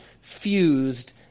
fused